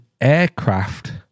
aircraft